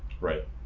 Right